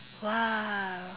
!wow!